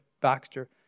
Baxter